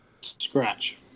Scratch